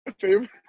favorite